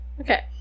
Okay